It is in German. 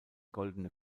goldene